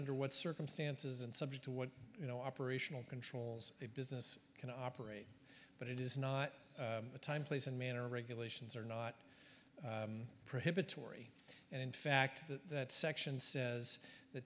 under what circumstances and subject to what you know operational controls a business can operate but it is not a time place and manner regulations are not prohibitory and in fact that section says th